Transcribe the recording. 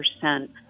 percent